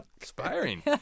Inspiring